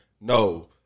No